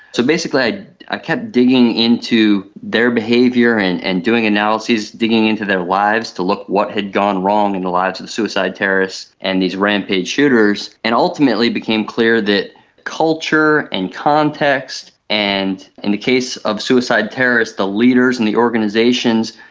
so basically i kept digging into their behaviour and and doing analyses, digging into their lives to look at what had gone wrong in the lives of the suicide terrorists and these rampage shooters, and it ultimately became clear that culture and context and, in the case of suicide terrorists, the leaders and the organisations,